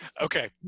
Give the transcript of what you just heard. Okay